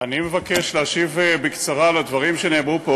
אני מבקש להשיב בקצרה על הדברים שנאמרו פה.